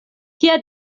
kia